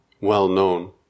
well-known